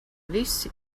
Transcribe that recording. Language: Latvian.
visi